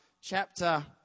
chapter